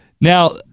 Now